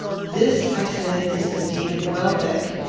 this, i said, is the deed of welbeck.